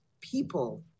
people